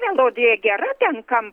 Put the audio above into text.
melodija gera tiem kam